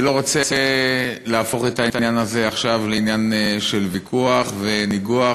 אני לא רוצה להפוך את העניין הזה עכשיו לעניין של ויכוח וניגוח.